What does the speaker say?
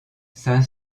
saint